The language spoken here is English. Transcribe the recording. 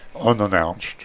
unannounced